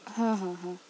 ହଁ ହଁ ହଁ